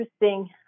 interesting